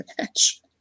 match